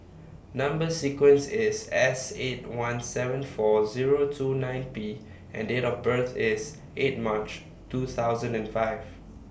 Number sequence IS S eight one seven four Zero two nine P and Date of birth IS eight March two thousand and five